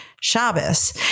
Shabbos